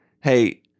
hey